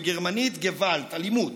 בגרמנית: gewalt, אלימות.